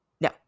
no